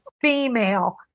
female